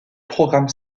programme